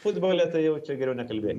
futbole tai jau čia geriau nekalbėk